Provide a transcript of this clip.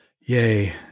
Yea